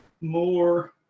more